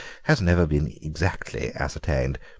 has never been exactly ascertained.